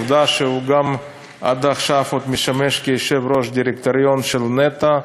עובדה שהוא גם עד עכשיו עוד משמש כיושב-ראש הדירקטוריון של נת"ע,